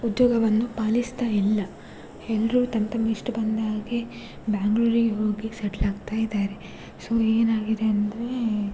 ಉದ್ಯೋಗವನ್ನು ಪಾಲಿಸ್ತಾ ಇಲ್ಲ ಎಲ್ಲರೂ ತಮ್ಮ ತಮ್ಮ ಇಷ್ಟ ಬಂದ ಹಾಗೆ ಬ್ಯಾಂಗ್ಳೂರಿಗೆ ಹೋಗಿ ಸೆಟ್ಲಾಗ್ತಾಯಿದ್ದಾರೆ ಸೊ ಏನಾಗಿದೆ ಅಂದ್ರೆ